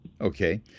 Okay